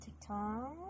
TikTok